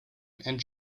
and